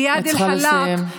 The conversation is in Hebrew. את צריכה לסיים.